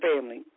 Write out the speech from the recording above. family